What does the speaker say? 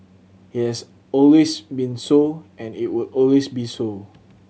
it has always been so and it will always be so